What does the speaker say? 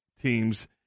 teams